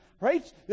right